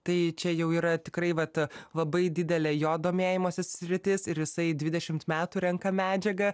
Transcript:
tai čia jau yra tikrai vat labai didelė jo domėjimosi sritis ir jisai dvidešimt metų renka medžiagą